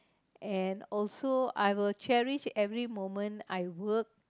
and also I will cherish every moment I work